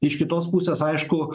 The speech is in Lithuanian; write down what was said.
iš kitos pusės aišku